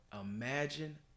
Imagine